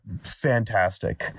fantastic